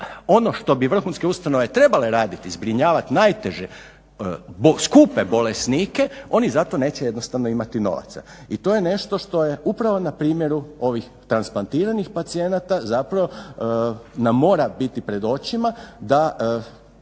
ono što bi vrhunske ustanove trebale raditi, zbrinjavati najteže skupe bolesnike, oni za to neće jednostavno imati novaca. I to je nešto što je upravo na primjeru ovih transplantiranih pacijenata zapravo nam mora biti pred očima da